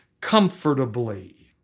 comfortably